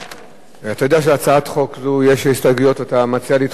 אתה יודע שלהצעת חוק זו יש הסתייגויות ואתה מציע לדחות את ההסתייגויות.